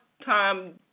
time